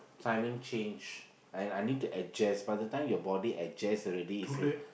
timing change and I need to adjust by the time you body adjust already it's